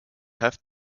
have